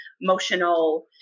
emotional